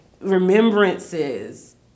remembrances